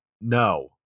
No